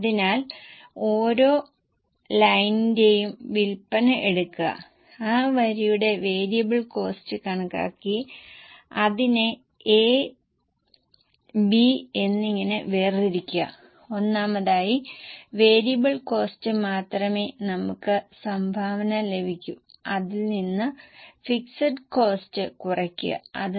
അതിനാൽ അസംസ്കൃത വസ്തു 90 ശതമാനം പവർ ഇന്ധനം 80 ശതമാനം എന്നിങ്ങനെ നൽകിയിരിക്കുന്നു ഒരു അഡ്മിനെ വിൽക്കുന്നതിന്റെ ബ്രേക്ക്അപ്പും നൽകുന്നു കാരണം മൊത്തം ചിലവിൽ 80 ശതമാനം വിൽപ്പനയാണ് സെല്ലിംഗ് 20 ശതമാനം അഡ്മിൻ ആണ്